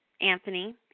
Anthony